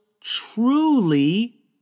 truly